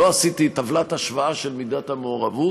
לא עשיתי טבלת השוואה של מידת המעורבות,